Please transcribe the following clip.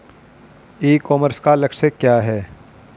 ई commerce का लक्ष्य क्या है?